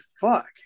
fuck